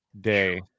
day